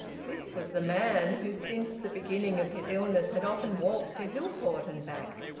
this was the man who since the beginning of his illness had often walked to hillport and back!